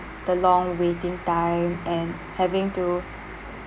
the long waiting time and having to